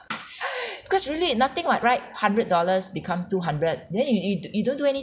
cause really nothing [what] right hundred dollars become two hundred then you you you don't do anything